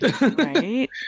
Right